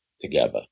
together